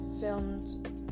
filmed